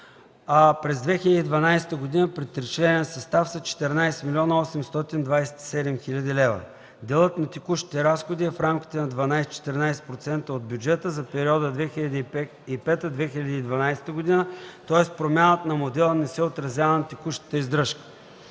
през 2012 г. – при тричленен състав, са 14 млн. 827 хил. лв. Делът на текущите разходи е в рамките на 12-14% от бюджета за периода 2005-2012 г., тоест промяна на модела не се отразява на текущата издръжка.